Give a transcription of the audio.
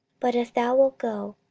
but if thou wilt go,